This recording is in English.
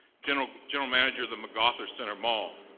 general general manager of the mcarthur center mall,